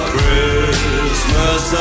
Christmas